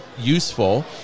useful